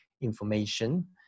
information